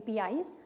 APIs